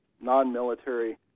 non-military